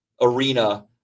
arena